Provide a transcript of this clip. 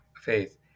faith